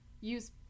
use